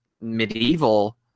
medieval